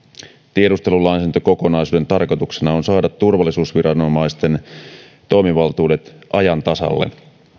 tiedustelulainsäädäntökokonaisuuden tarkoituksena on saada turvallisuusviranomaisten toimivaltuudet ajan tasalle